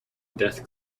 death